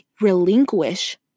relinquish